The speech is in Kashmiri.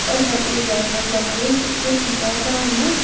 أربَن ایریاز مَطلَب گٔے سِٹی یا ٹاونٕز